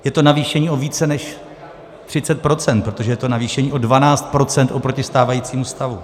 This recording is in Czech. Je to navýšení o více než 30 %, protože je to navýšení o 12 % oproti stávajícímu stavu.